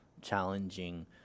challenging